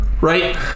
right